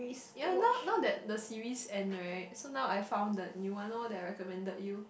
ya now now that the series end right so now I found the new one loh that I recommended you